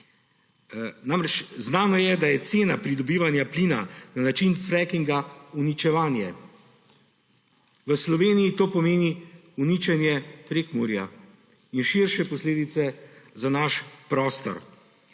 Namreč, znano je, da je cena pridobivanja plina na način frackinga uničevanje. V Sloveniji to pomeni uničenje Prekmurja in širše posledice za naš prostor.